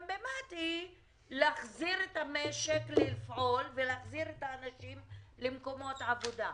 באמת היא להחזיר את המשק לפעול ולהחזיר את האנשים למקומות העבודה.